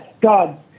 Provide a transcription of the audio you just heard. God